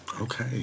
okay